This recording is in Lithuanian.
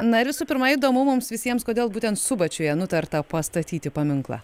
na ir visų pirma įdomu mums visiems kodėl būtent subačiuje nutarta pastatyti paminklą